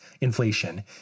inflation